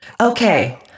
Okay